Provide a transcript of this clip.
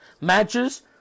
matches